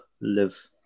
live